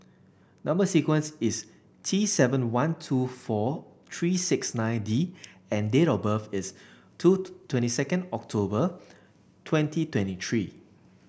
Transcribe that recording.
number sequence is T seven one two four three six nine D and date of birth is two twenty second October twenty twenty three